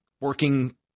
working